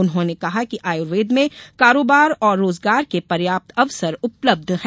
उन्होंने कहा कि आयुर्वेद में कारोबार और रोजगार के पर्याप्त अवसर उपलब्ध है